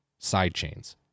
sidechains